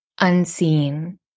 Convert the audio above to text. unseen